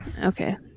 Okay